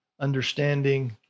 understanding